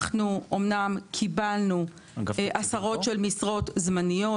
אנחנו אומנם קיבלנו עשרות משרות זמניות,